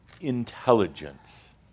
intelligence